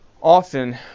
often